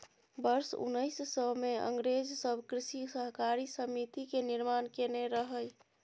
वर्ष उन्नैस सय मे अंग्रेज सब कृषि सहकारी समिति के निर्माण केने रहइ